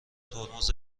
ترمز